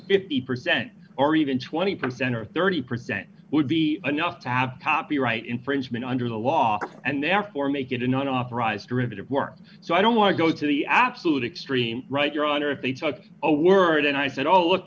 fifty percent or even twenty percent or thirty percent would be enough to have copyright infringement under the law and therefore make it an unauthorized derivative work so i don't want to go to the absolute extreme right your honor if they took a word and i said oh look